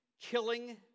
killing